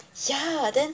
ya then